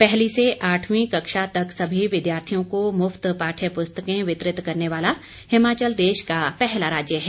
पहली से आठवीं कक्षा तक सभी विद्यार्थियों को मुफ्त पाठ्य पुस्तकें वितरित करने वाला हिमाचल देश का पहला राज्य है